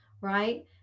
right